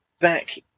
Back